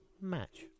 match